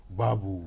babu